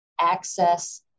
access